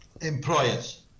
employers